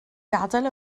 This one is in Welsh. gadael